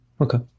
Okay